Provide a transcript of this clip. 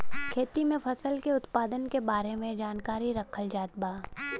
खेती में फसल के उत्पादन के बारे में जानकरी रखल जात बा